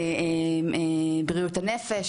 בריאות הנפש,